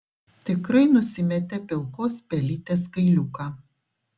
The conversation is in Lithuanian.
tikrai nusimetė pilkos pelytės kailiuką